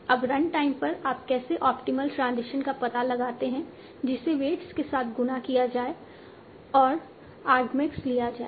अब run time पर आप कैसे ऑप्टिमल ट्रांजिशन का पता लगाते हैं जिसे वेट्स के साथ गुणा किया जाए और आर्ग्मैक्स लिया जाए